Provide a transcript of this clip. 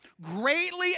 greatly